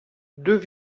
deux